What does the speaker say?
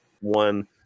one